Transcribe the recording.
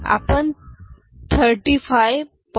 आपण 35